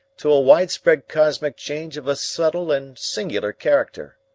to a widespread cosmic change of a subtle and singular character.